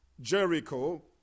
Jericho